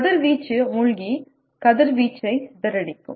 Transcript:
கதிர்வீச்சு மூழ்கி கதிர்வீச்சை சிதறடிக்கும்